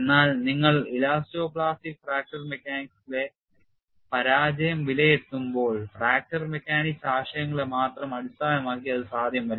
എന്നാൽ നിങ്ങൾ elasto plastic fracture മെക്കാനിക്സിലെ പരാജയം വിലയിരുത്തുമ്പോൾ ഫ്രാക്ചർ മെക്കാനിക്സ് ആശയങ്ങളെ മാത്രം അടിസ്ഥാനമാക്കി അത് സാധ്യമല്ല